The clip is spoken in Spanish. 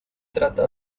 trata